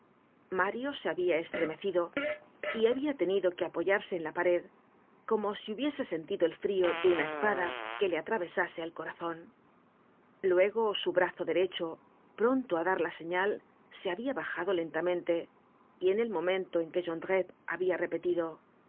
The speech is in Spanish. mario se habia estremecido y habia tenido que apoyarse en la pared como si hubiese sentido el frio de una espada que le atravesase el corazon luego su brazo derecho pronto á dar la señal se habia bajado lentamente y en el momento en que jondrette habia repetido